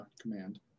command